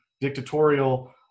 dictatorial